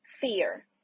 fear